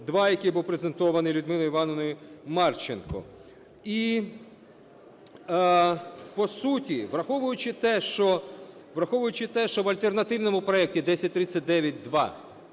який був презентований Людмилою Іванівною Марченко. І по суті, враховуючи те, що в альтернативному проекті 1039-2